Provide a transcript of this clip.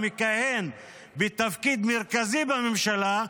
המכהן בתפקיד מרכזי בממשלה,